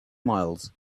miles